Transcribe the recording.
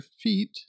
feet